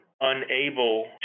unable